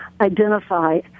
identify